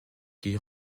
qui